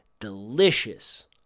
delicious